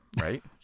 right